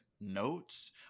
notes